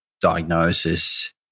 diagnosis